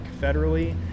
federally